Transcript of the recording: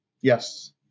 Yes